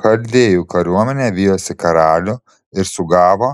chaldėjų kariuomenė vijosi karalių ir sugavo